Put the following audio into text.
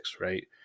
right